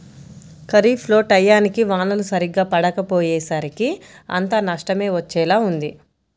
ఖరీఫ్ లో టైయ్యానికి వానలు సరిగ్గా పడకపొయ్యేసరికి అంతా నష్టమే వచ్చేలా ఉంది